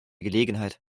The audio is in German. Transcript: gelegenheit